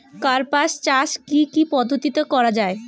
কার্পাস চাষ কী কী পদ্ধতিতে করা য়ায়?